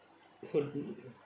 so